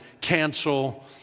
cancel